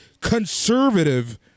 conservative